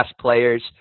players